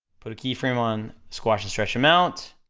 put a keyframe on squash and stretch amount,